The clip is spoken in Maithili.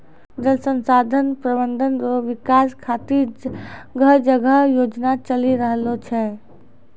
जल संसाधन प्रबंधन रो विकास खातीर जगह जगह योजना चलि रहलो छै